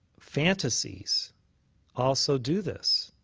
fantasies also do this,